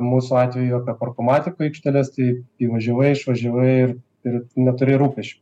mūsų atveju jau apie parkomatiko aikšteles tai įvažiavai išvažiavai ir ir neturi rūpesčių